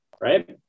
right